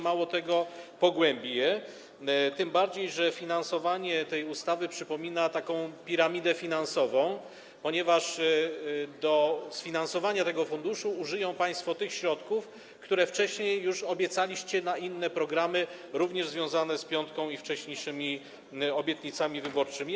Mało tego, pogłębi je, tym bardziej że finansowanie tej ustawy przypomina piramidę finansową, ponieważ do sfinansowania tego funduszu użyją państwo tych środków, które wcześniej obiecaliście na inne programy, również związane z piątką i z wcześniejszymi obietnicami wyborczymi.